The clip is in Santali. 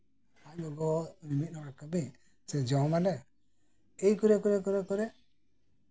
ᱟᱡ ᱜᱚᱜᱚ ᱢᱤᱢᱤᱫ ᱦᱚᱲ ᱠᱟᱹᱢᱤ ᱥᱮ ᱡᱚᱢᱟᱞᱮ ᱮᱭ ᱠᱚᱨᱮ ᱠᱚᱨᱮ